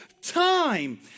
time